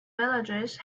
villages